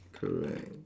correct